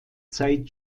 zeit